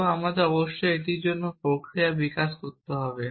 এবং আমাদের অবশ্যই এটির জন্য প্রক্রিয়া বিকাশ করতে হবে